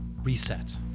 Reset